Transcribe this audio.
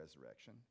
resurrection